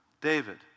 David